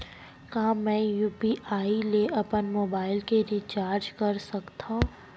का मैं यू.पी.आई ले अपन मोबाइल के रिचार्ज कर सकथव?